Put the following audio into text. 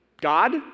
God